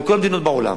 מכל המדינות בעולם,